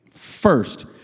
First